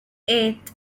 eight